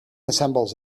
assembles